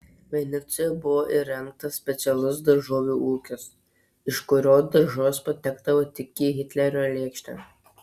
vinicoje buvo įrengtas specialus daržovių ūkis iš kurio daržovės patekdavo tik į hitlerio lėkštę